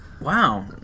Wow